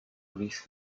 gris